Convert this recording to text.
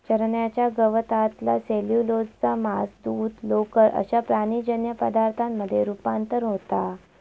चरण्याच्या गवतातला सेल्युलोजचा मांस, दूध, लोकर अश्या प्राणीजन्य पदार्थांमध्ये रुपांतर होता